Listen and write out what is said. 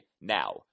now